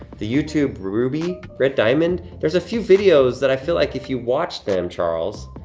the youtube ruby red diamond. there's a few videos, that i feel like if you watch them, charles,